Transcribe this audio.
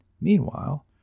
Meanwhile